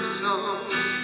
songs